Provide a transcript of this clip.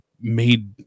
made